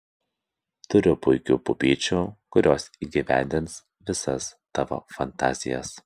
turiu puikių pupyčių kurios įgyvendins visas tavo fantazijas